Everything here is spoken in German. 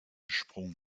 sprung